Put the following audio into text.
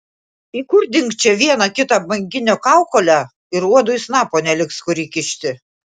įkurdink čia vieną kitą banginio kaukolę ir uodui snapo neliks kur įkišti